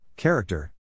Character